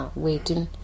waiting